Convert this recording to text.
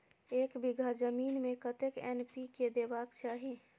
एक बिघा जमीन में कतेक एन.पी.के देबाक चाही?